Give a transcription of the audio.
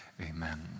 Amen